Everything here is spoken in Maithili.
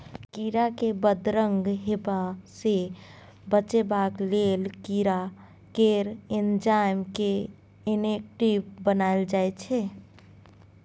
कीरा केँ बदरंग हेबा सँ बचेबाक लेल कीरा केर एंजाइम केँ इनेक्टिब बनाएल जाइ छै